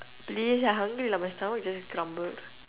please I hungry lah my stomach just grumbled